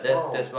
wow